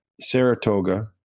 Saratoga